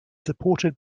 supported